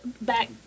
back